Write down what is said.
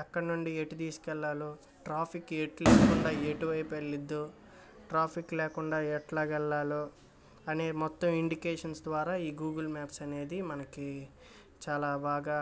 ఎక్కడ నుండి ఎటు తీసుకెళ్ళాలో ట్రాఫిక్ ఎటు లేకుండా ఎటువైపు వెళ్తుందో ట్రాఫిక్ లేకుండా ఎట్లాగెళ్ళాలో అనే మొత్తం ఇండికేషన్స్ ద్వారా ఈ గూగుల్ మ్యాప్స్ అనేది మనకి చాలా బాగా